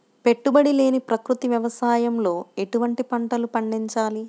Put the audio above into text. పెట్టుబడి లేని ప్రకృతి వ్యవసాయంలో ఎటువంటి పంటలు పండించాలి?